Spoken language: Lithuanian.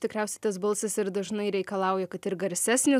tikriausiai tas balsas ir dažnai reikalauja kad ir garsesnis